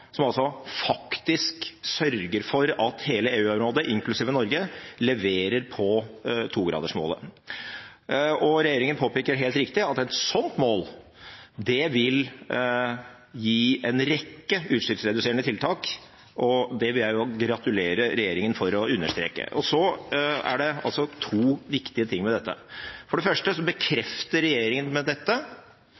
EU altså setter et nytt utslippstak som faktisk sørger for at hele EU-området – inklusiv Norge – leverer på 2-gradersmålet. Regjeringen påpeker – helt riktig – at et slikt mål vil gi en rekke utslippsreduserende tiltak, og det vil jeg gratulere regjeringen for å understreke! Så er det altså to viktige ting ved dette. For det første